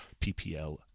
PPL